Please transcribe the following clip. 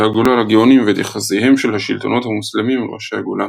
הגולה לגאונים ואת יחסיהם של השלטונות המוסלמים אל ראשי הגולה.